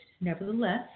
Nevertheless